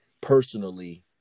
personally